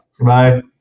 Bye